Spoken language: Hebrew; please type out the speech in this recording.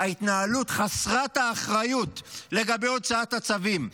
ההתנהלות חסרת האחריות לגבי הוצאת הצווים.